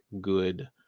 good